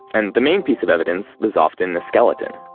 and the main piece of evidence is often a skeleton.